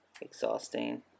exhausting